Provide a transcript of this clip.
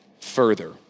further